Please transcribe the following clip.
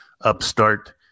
upstart